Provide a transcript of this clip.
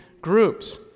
groups